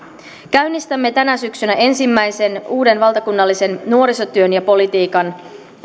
käynnistämme tänä syksynä ensimmäisen uuden valtakunnallisen nuorisotyön ja politiikan